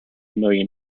million